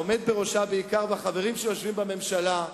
בעיקר העומד בראשה והחברים שיושבים בממשלה,